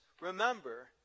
remember